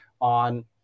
on